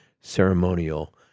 ceremonial